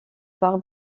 pare